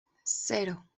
cero